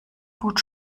gut